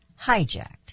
hijacked